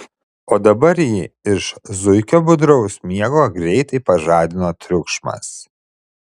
o dabar jį iš zuikio budraus miego greitai pažadino triukšmas